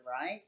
right